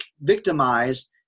victimized